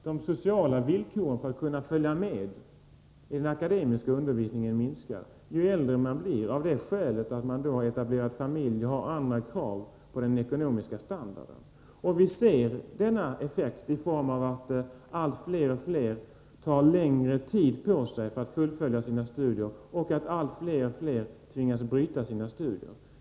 De sociala villkoren för att kunna följa med i den akademiska undervisningen försämras när man blir äldre, av det skälet att man då har etablerat familj och har andra krav på den ekonomiska standarden. Vi ser denna effekt i form av att allt fler och fler tar längre tid på sig för att fullfölja sina studier och att fler och fler tvingas avbryta studierna.